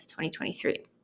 2023